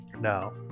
now